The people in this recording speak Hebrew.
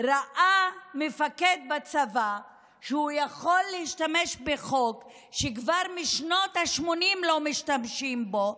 מפקד בצבא ראה שהוא יכול להשתמש בחוק שכבר משנות השמונים לא משתמשים בו,